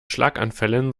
schlaganfällen